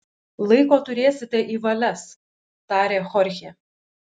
laiko turėsite į valias tarė chorchė